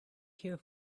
here